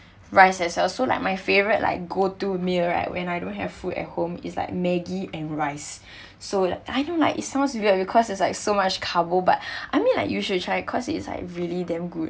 rice as well so like my favourite like go to meaI right when I don't have food at home is like maggi and rice so I know like it sounds weird because is like so much carbo but I mean like you should try it cause it's like really damn good